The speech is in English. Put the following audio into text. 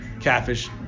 Catfish